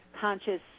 conscious